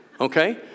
okay